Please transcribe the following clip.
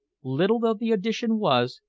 little though the addition was,